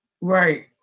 Right